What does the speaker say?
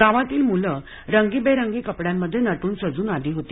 गावातील मुलंरंगीबेरंगी कपड्यांमध्ये नटून सजून आली होती